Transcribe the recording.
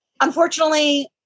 unfortunately